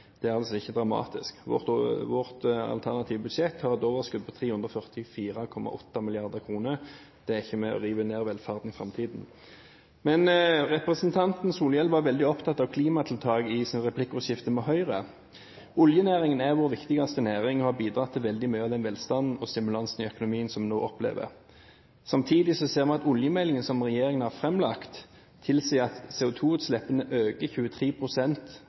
Det er altså ikke dramatisk. Vårt alternative budsjett har et overskudd på 344,8 mrd. kr. Det er ikke med og river ned velferden i framtiden. Representanten Solhjell var veldig opptatt av klimatiltak i replikkordskiftet med Høyre. Oljenæringen er vår viktigste næring og har bidratt til veldig mye av den velstanden og stimulansen i økonomien som vi nå opplever. Samtidig ser vi at oljemeldingen som regjeringen har framlagt, tilsier at CO2-utslippene øker